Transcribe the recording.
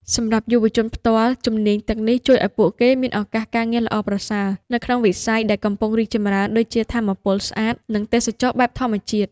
សម្រាប់យុវជនផ្ទាល់ ជំនាញទាំងនេះជួយឱ្យពួកគេមានឱកាសការងារល្អប្រសើរនៅក្នុងវិស័យដែលកំពុងរីកចម្រើនដូចជា ថាមពលស្អាត និងទេសចរណ៍បែបធម្មជាតិ។